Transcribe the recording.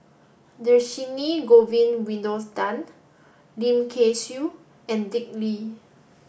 Dhershini Govin Winodan Lim Kay Siu and Dick Lee